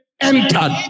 entered